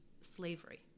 slavery